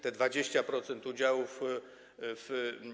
Te 20% udziałów w.